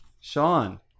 Sean